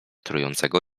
trującego